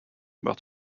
were